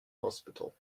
hospital